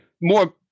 more